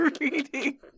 reading